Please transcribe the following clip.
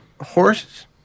horses